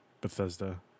Bethesda